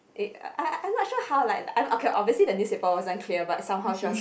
I'm not sure how like I'm okay obviously the newspaper wasn't clear but somehow she was